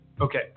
Okay